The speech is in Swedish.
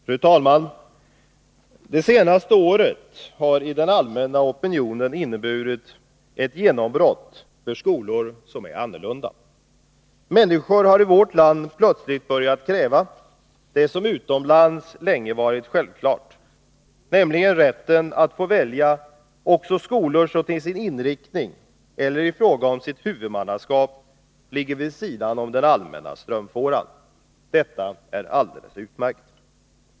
Fru talman! Under det senaste året har skolor som är annorlunda fått ett genombrott inom den allmänna opinionen. Människor har i vårt land plötsligt börjat kräva det som utomlands länge har varit självklart, nämligen rätten att få välja också skolor som till sin inriktning eller i fråga om sitt huvudmannaskap ligger vid sidan om den allmänna strömfåran. Detta är alldeles utmärkt.